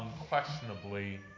unquestionably